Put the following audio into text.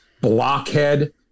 blockhead